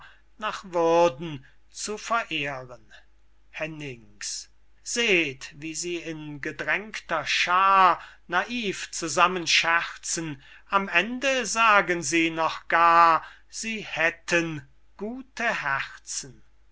nach würden zu verehren hennings seht wie sie in gedrängter schaar naiv zusammen scherzen am ende sagen sie noch gar sie hätten gute herzen